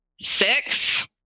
six